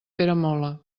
peramola